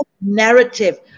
narrative